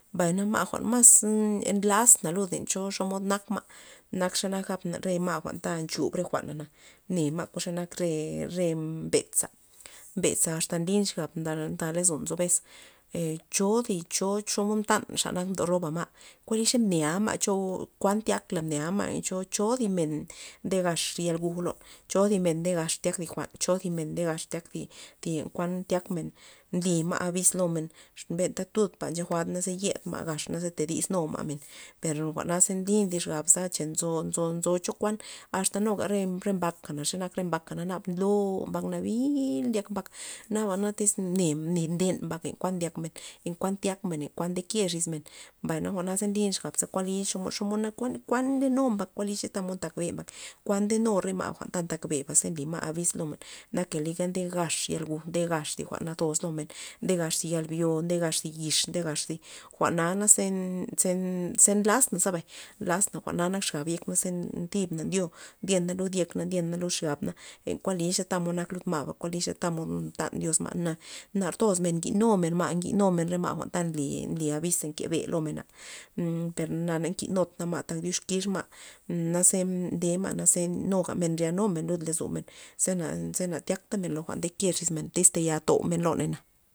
Mbay ma' jwa'n mas nlas lud len cho xomod nak xa nak ma' na gabna re ma' jwa'nta nchub re jwa'na na ny ma xenak re re mbeza, mbeza asta nlyn xab nda lazon nzo bes ee cho zi cho- choxo mod mtan xa nak yal mdo roba ma' kuan xa ny ma' nela ma' cho kuan tyakla mnea ma' le cho- cho thi men nde gax thi ya guj lon chozi men nde gax tyak jwa'n cho zi men nde gax tyak zi kuan tyak men nly ma' abis lomen xo benta tud pa nche juad'na ze yed ma' gax naze te disnu ma' men, per jwa'na ze nlyn zi xabza cha nzo- nzo nzo chokuan asta nuga re re mbakana na xe nak re mbakana naba nlo mbak nabil ndyak mbak nabana tyz mne- mne nden mbaka kuan ndyakmen en kuan tyakmen len kuan ndeke xis men mbay na jwa'naza nlin xab za kuan nliy xomod xomod kuan nde nu mbak kuan nly ze tamod ntak be mbak, kuan nde nu re ma' jwa'nta tak beba za nly ma' abis lo men naka liga nde gax ya guj nde gax zi jwa'n natoz lomen nde gax zi yalbyo nde gax zi yix' nde gax zi jwa'na naze ze nnn- ze nde lasnaza bay, nlasna jwa'na nak nzo xab yekna thib na ndyo ndyena lud yekna na ndyena lud xabna e kuan nliy za tamod nak lud ma'ba kuan nliy xe tamod mtan dios ma'na, nar toz men nginu men ma' nginumen re ma' jwa'n ta nly- nly abis ze nkebe lo mena perna' na nginudna ma' tak dyux kixma' naze ndema'za naze nuga men nrya nu men lud lozomen zena- zena tyak tamen lo jwa'n ndeke xis men tys tayal toumen loney na.